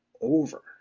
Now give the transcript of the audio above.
over